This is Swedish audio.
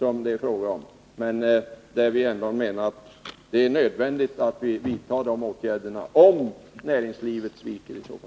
Ändå menar vi att det är nödvändigt att dessa åtgärder vidtas, om — jag vill understryka det — näringslivet skulle svika.